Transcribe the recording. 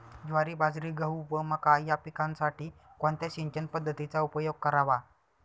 ज्वारी, बाजरी, गहू व मका या पिकांसाठी कोणत्या सिंचन पद्धतीचा उपयोग करावा?